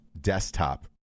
desktop